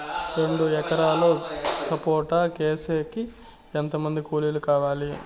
రెండు ఎకరాలు సపోట కోసేకి ఎంత మంది కూలీలు కావాలి?